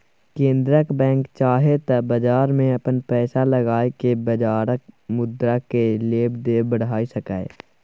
केंद्रक बैंक चाहे त बजार में अपन पैसा लगाई के बजारक मुद्रा केय लेब देब बढ़ाई सकेए